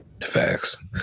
facts